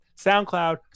SoundCloud